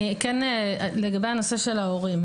לגבי הנושא של ההורים.